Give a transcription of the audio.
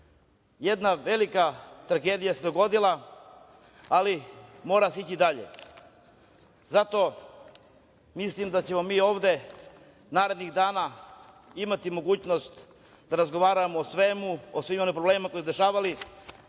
Jedna velika tragedija se dogodila, ali mora se ići dalje. Zato mislim da ćemo mi ovde narednih dana imati mogućnost da razgovaramo o svemu, o svim problemima koji su nam se dešavali.